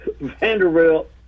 Vanderbilt